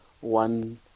one